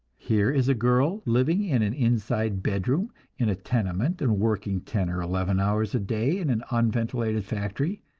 here is a girl living in an inside bedroom in a tenement, and working ten or eleven hours a day in an unventilated factory,